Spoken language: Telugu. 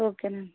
ఓకే అండి